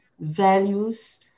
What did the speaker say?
values